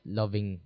loving